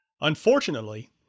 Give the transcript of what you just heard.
Unfortunately